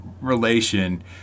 relation